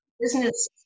business